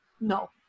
No